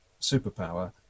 superpower